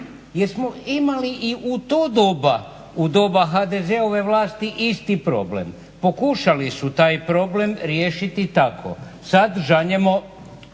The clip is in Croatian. jel smo imali i u to doba, u doba HDZ-ove vlasti isti problem. Pokušali su taj problem riješiti tako, sad žanjemo